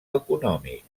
econòmic